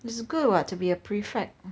this grew up to be a prefect